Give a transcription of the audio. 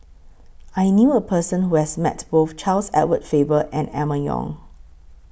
I knew A Person with Met Both Charles Edward Faber and Emma Yong